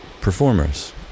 performers